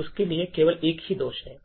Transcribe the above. उसके लिए केवल एक ही दोष है